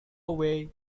away